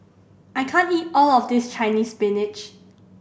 I can't eat all of this Chinese Spinach